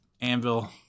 anvil